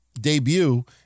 debut